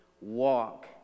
walk